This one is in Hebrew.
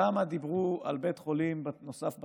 כמה דיברו על בית חולים נוסף בצפון,